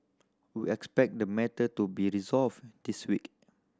we expect the matter to be resolved this week